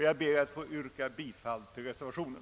Jag yrkar därför bifall till reservationen.